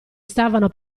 stavano